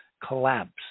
collapse